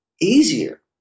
easier